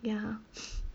ya